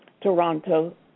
Toronto